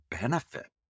benefit